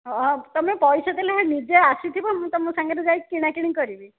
ହଁ ତୁମେ ପଇସା ଦେଲେ ତୁମେ ନିଜେ ଆସିଥିବ ମୁଁ ତୁମ ସାଙ୍ଗରେ ଯାଇ କିଣାକିଣି କରିବି